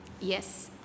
yes